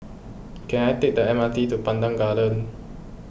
can I take the M R T to Pandan Gardens